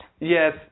Yes